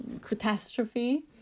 Catastrophe